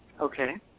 Okay